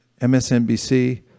MSNBC